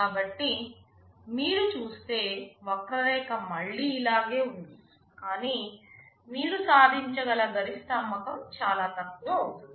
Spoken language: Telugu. కాబట్టి మీరు చూస్తే వక్రరేఖ మళ్లీ ఇలాగే ఉంది కానీ మీరు సాధించగల గరిష్ట అమ్మకం చాలా తక్కువ అవుతోంది